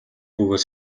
бөгөөд